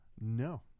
No